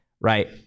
right